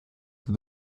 that